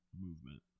movement